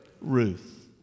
Ruth